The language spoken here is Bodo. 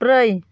ब्रै